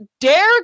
Dare